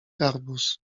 garbus